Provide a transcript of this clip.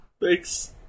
Thanks